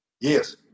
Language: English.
Yes